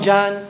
John